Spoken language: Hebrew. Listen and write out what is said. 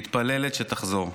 מתפללת שתחזור.